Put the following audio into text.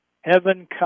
heaven